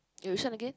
You-Sheng again